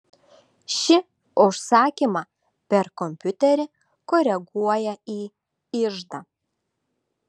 ši užsakymą per kompiuterį koreguoja į iždą